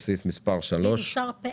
סעיף מספר 3, מי בעד?